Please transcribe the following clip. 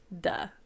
Duh